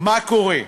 מה קורה: